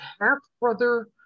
half-brother